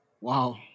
Wow